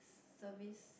service